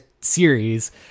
series